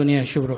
אדוני היושב-ראש,